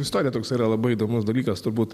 istorija toksai yra labai įdomus dalykas turbūt